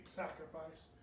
sacrifice